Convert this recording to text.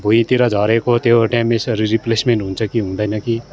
भुइँतिर झरेको त्यो ड्यामेजहरू रिप्लेसमेन्ट हुन्छ कि हुँदैन कि